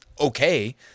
okay